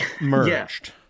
merged